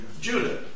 Judah